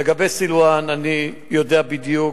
לגבי סילואן, אני יודע בדיוק.